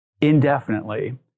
indefinitely